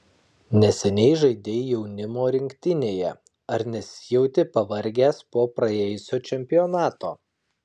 neseniai žaidei jaunimo rinktinėje ar nesijauti pavargęs po praėjusio čempionato